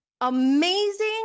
Amazing